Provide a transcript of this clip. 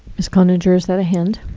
ms. cloninger, is that a hand?